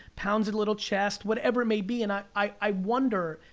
pounds a little chest, whatever may be. and i i wonder,